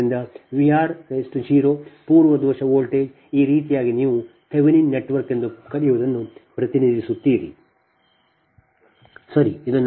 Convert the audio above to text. ಆದ್ದರಿಂದ ಆ v r 0 ಪೂರ್ವ ದೋಷ ವೋಲ್ಟೇಜ್ ಈ ರೀತಿಯಾಗಿ ನೀವು ಥೆವೆನಿನ್ ನೆಟ್ವರ್ಕ್ ಎಂದು ಕರೆಯುವದನ್ನು ಪ್ರತಿನಿಧಿಸುತ್ತೀರಿ ಸರಿ